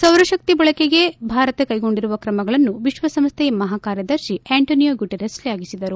ಸೌರಶಕ್ತಿ ಬಳಕೆಗೆ ಭರಾತ ಕೈಗೊಂಡಿರುವ ಕ್ರಮಗಳನ್ನು ವಿಶ್ವಸಂಸ್ಥೆಯ ಮಹಾಕಾರ್ಯದರ್ಶಿ ಆಂಟೊನಿಯೊ ಗುಟೆರಸ್ ಶ್ಲಾಘಿಸಿದರು